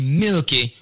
milky